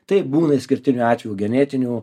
taip būna išskirtinių atvejų genetinių